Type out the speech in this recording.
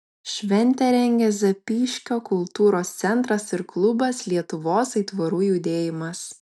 šventę rengia zapyškio kultūros centras ir klubas lietuvos aitvarų judėjimas